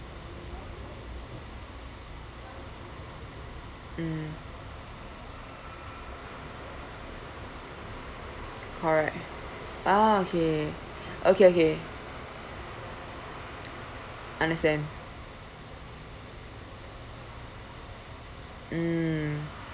mm alright oh okay okay okay understand mmhmm